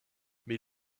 mais